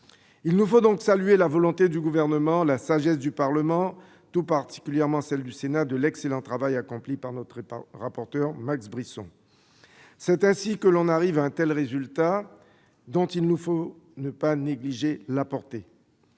Il nous faut donc saluer la volonté du Gouvernement, la sagesse du Parlement, tout particulièrement celle du Sénat, et l'excellent travail accompli par notre rapporteur, Max Brisson. C'est ainsi que l'on arrive à un tel résultat, dont il ne faut pas négliger la portée.